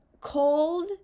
cold